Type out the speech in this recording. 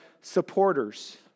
supporters